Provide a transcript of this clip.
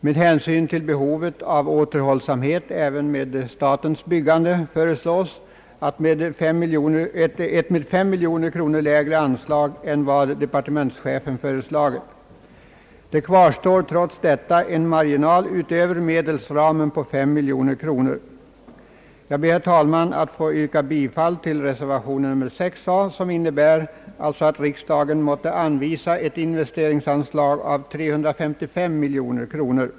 Med hänsyn till behovet av återhållsamhet även med statens byggande föreslås ett 5 miljoner kronor lägre anslag än vad departementschefen begärt. Det kvarstår trots detta en marginal utöver medelsramen på 5 miljoner kronor. Jag ber, herr talman, att få yrka bifall till reservationen a som innebär att riksdagen måtte anvisa ett investeringsanslag av 355 miljoner kronor.